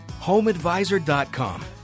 HomeAdvisor.com